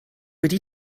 wedi